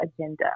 agenda